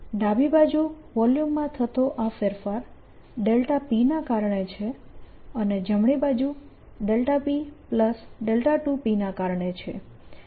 ડાબી બાજુ વોલ્યુમમાં થતો આ ફેરફાર p ના કારણે છે અને જમણી બાજુ p2p ના કારણે છે